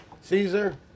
Caesar